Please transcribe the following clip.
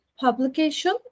publication